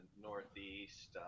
northeast